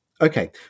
Okay